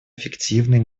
эффективные